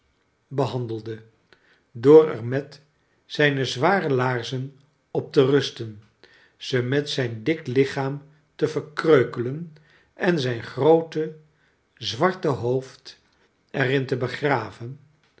behandelde door er met zijn zware laarzen op te rusten ze met zijn dik lichaam te verkreukelen en zijn groote zwarte hoofd er in te begraven